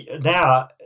now